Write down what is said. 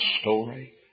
story